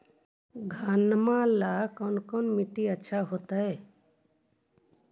घनमा ला कौन मिट्टियां अच्छा होतई?